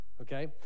okay